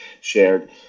shared